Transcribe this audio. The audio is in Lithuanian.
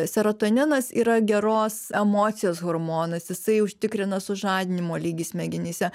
seratoninas yra geros emocijos hormonas jisai užtikrina sužadinimo lygį smegenyse